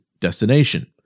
destination